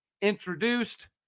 introduced